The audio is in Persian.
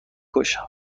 کشم